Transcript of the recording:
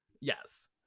Yes